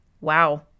Wow